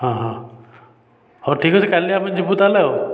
ହଁ ହଁ ହେଉ ଠିକ ଅଛି କାଲି ଆମେ ଯିବୁ ତା'ହେଲେ ଆଉ